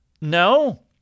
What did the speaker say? No